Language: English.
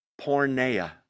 Pornea